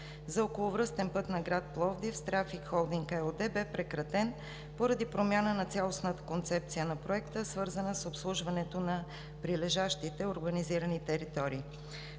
за околовръстен път на град Пловдив с „ТРАФИК ХОЛДИНГ“ ЕООД бе прекратен поради промяна на цялостната концепция на проекта, свързана с обслужването на прилежащите урбанизирани територии.